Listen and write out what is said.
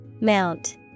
Mount